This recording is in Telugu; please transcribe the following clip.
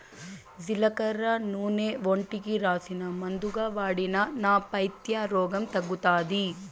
జీలకర్ర నూనె ఒంటికి రాసినా, మందుగా వాడినా నా పైత్య రోగం తగ్గుతాది